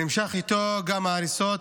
נמשכות איתו גם ההריסות